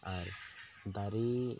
ᱟᱨ ᱫᱟᱨᱮ